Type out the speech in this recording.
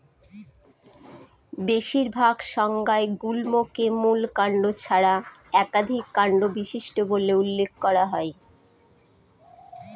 বেশিরভাগ সংজ্ঞায় গুল্মকে মূল কাণ্ড ছাড়া একাধিক কাণ্ড বিশিষ্ট বলে উল্লেখ করা হয়